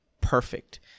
perfect